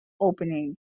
opening